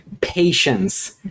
patience